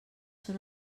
són